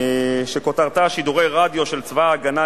שכותרתה: הצעת חוק "גלי